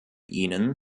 ihnen